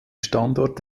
standort